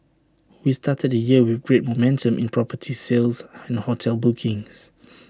we started the year with great momentum in property sales and hotel bookings